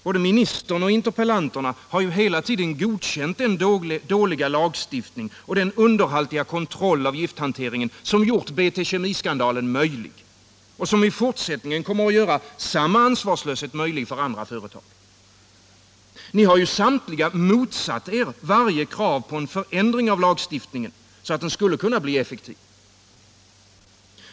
Både ministern och interpellanterna har ju hela tiden godkänt den dåliga lagstiftning och den underhaltiga kontroll av gifthanteringen som gjort BT Kemi-skandalen möjlig och som i fortsättningen kommer att göra samma ansvarslöshet möjlig vid andra företag. Ni har ju samtliga motsatt er varje krav på en förändring av lagstiftningen så att den skulle kunna bli effektiv.